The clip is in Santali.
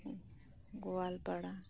ᱜᱳᱣᱟᱞ ᱯᱟᱲᱟ